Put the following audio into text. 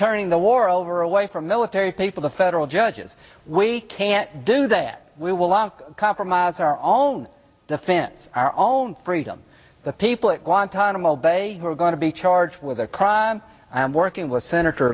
turning the war over away from military people to federal judges we can't do that we will lock compromise our own defense our own freedom the people at guantanamo bay who are going to be charged with a crime and i'm working with senator